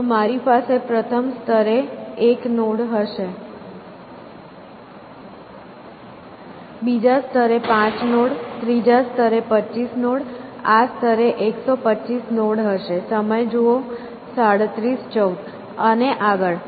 તો મારી પાસે પ્રથમ સ્તરે 1 નોડ હશે બીજા સ્તરે 5 નોડ ત્રીજા સ્તરે 25 નોડ આ સ્તરે 125 નોડ હશે અને આગળ